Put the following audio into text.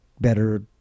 better